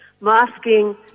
Masking